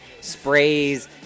sprays